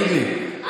תגיד לי איך,